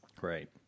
Right